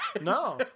No